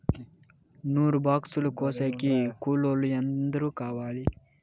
నూరు బాక్సులు కోసేకి కూలోల్లు ఎందరు కావాలి?